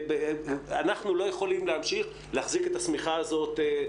אנחנו לא יכולים להמשיך להחזיק את השמיכה הזאת.